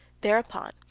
Thereupon